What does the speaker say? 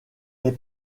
est